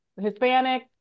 hispanic